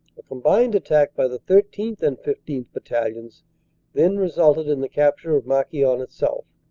a combined attack by the thirteenth. and fifteenth. bat talions then resulted in the capture of marquion itself.